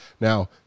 Now